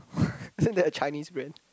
isn't that a Chinese brand